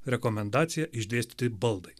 rekomendaciją išdėstyti baldai